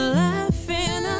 laughing